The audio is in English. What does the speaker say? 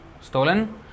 stolen